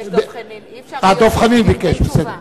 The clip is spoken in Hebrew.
דב חנין ביקש, בסדר.